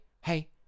hey